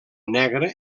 negre